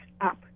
up